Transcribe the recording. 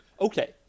okay